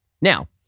Now